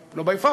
לא by far,